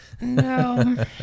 No